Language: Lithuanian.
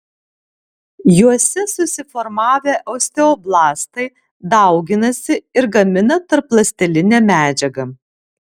juose susiformavę osteoblastai dauginasi ir gamina tarpląstelinę medžiagą